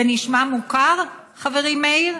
זה נשמע מוכר, חברי מאיר?